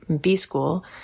B-School